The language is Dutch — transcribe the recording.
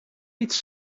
iets